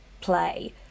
play